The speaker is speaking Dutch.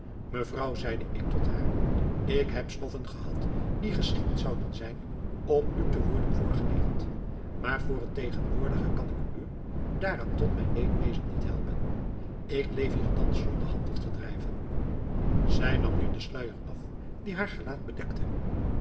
mevrouw zeide ik tot haar ik heb stoffen gehad die geschikt zouden zijn om u te worden voorgelegd maar voor het tegenwoordige kan ik u daaraan tot mijn leedwezen niet helpen ik leef hier thans zonder handel te drijven zij nam nu den sluijer af die haar gelaat bedekte